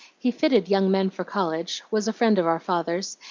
he fitted young men for college, was a friend of our father's,